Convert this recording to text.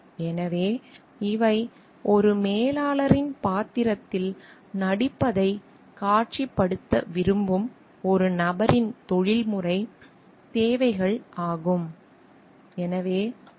எனவே இவை ஒரு மேலாளரின் பாத்திரத்தில் நடிப்பதைக் காட்சிப்படுத்த விரும்பும் ஒரு நபரின் தொழில்முறை தேவைகள் ஆகும்